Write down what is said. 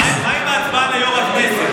מה עם ההצבעה ליושב-ראש הכנסת?